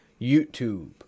YouTube